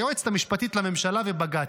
היועצת המשפטית לממשלה ובג"ץ.